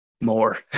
More